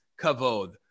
kavod